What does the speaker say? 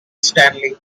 stanley